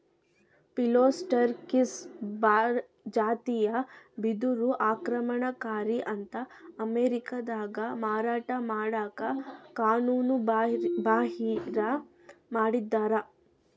Phyllostachys ಜಾತಿಯ ಬಿದಿರು ಆಕ್ರಮಣಕಾರಿ ಅಂತ ಅಮೇರಿಕಾದಾಗ ಮಾರಾಟ ಮಾಡಕ ಕಾನೂನುಬಾಹಿರ ಮಾಡಿದ್ದಾರ